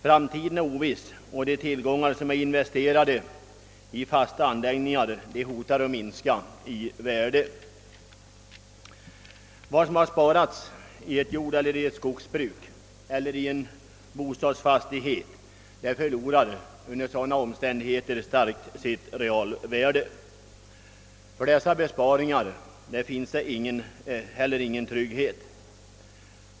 Framtiden är oviss, och de tillgångar som är investerade i fasta anläggningar hotar att minska i värde. Vad som har sparats i ett jordeller skogsbruk eller i en bostadsfastighet förlorar under sådana omständigheter hastigt sitt realvärde. För dessa besparingar finns ingen trygghet.